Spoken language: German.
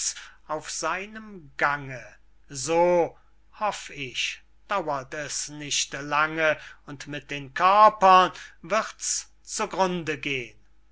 auf seinem gange so hoff ich dauert es nicht lange und mit den körpern wird's zu grunde gehn